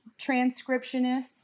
transcriptionists